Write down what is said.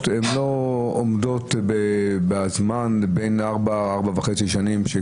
לא עומדות בזמן בין ארבע-ארבע וחצי שנים.